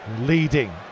Leading